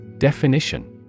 Definition